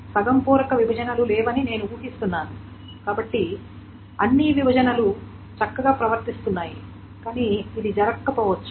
సగం పూరక విభజనలు లేవని నేను ఊహిస్తున్నాను కాబట్టి అన్ని విభజనలు చక్కగా ప్రవర్తిస్తున్నాయి కానీ ఇది జరగకపోవచ్చు